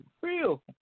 real